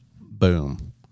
Boom